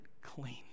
clean